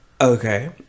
Okay